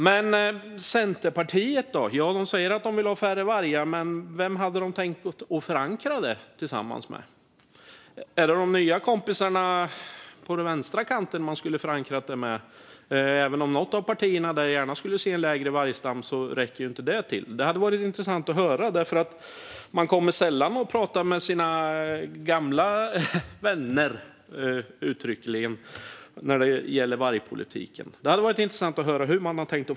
Men Centerpartiet, då? De säger att de vill ha färre vargar. Men vem hade de tänkt förankra det hos? Är det de nya kompisarna på den vänstra kanten? Även om något av de partierna gärna skulle se en mindre vargstam räcker inte det. Det hade varit intressant att höra, för Centerpartiet kommer sällan och pratar med sina gamla vänner - uttryckligen sagt - när det gäller vargpolitiken. Hur har man tänkt förankra detta?